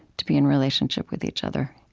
to be in relationship with each other